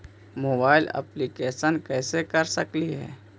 Mobile application कैसे कर सकेली?